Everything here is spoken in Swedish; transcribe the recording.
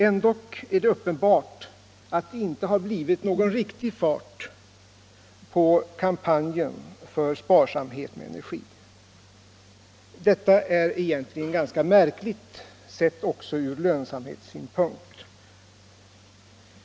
Ändock är det uppenbart att det inte blivit någon riktig fart på kampanjen för sparsamhet med energi. Detta är egentligen ganska märkligt sett ur lönsamhetssynpunkt.